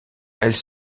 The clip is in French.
elles